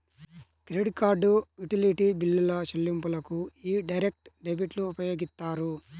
credit card, utility బిల్లుల చెల్లింపులకు యీ డైరెక్ట్ డెబిట్లు ఉపయోగిత్తారు